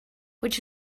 which